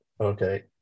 Okay